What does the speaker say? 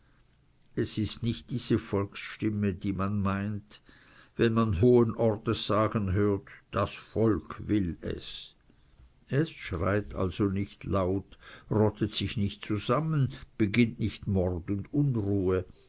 es ist nicht diese volksstimme die man meint wenn man hohen ortes sagen hört das volk will es es schreit also nicht laut rottet sich nicht zusammen beginnt nicht mord und unruhe